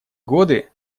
годы